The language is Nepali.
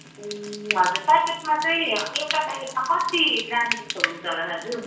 ए हजुर प्याकेटमा चाहिँ एउटा प्याकेटमा कति ग्राम जस्तो हुन्छ होला दाजु